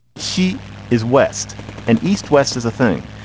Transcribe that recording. she is west and east west is a thing.